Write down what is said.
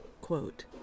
Quote